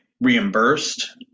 reimbursed